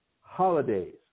holidays